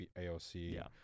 AOC